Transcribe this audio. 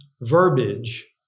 verbiage